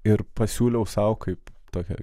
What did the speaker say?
ir pasiūliau sau kaip tokią